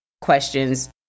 questions